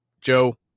Joe